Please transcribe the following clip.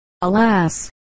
Alas